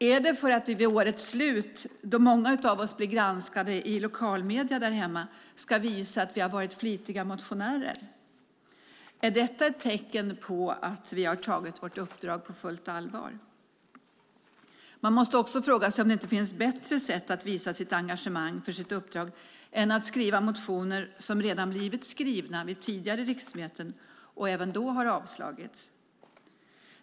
Är det för att vi vid årets slut, då många av oss blir granskade av lokalmedierna där hemma, ska kunna visa att vi har varit flitiga motionärer? Är det ett tecken på att vi tagit vårt uppdrag på fullt allvar? Man måste också fråga sig om det inte finns bättre sätt att visa sitt engagemang för uppdraget än att skriva motioner som redan har blivit skrivna vid tidigare riksmöten och även då avslagits.